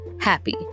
happy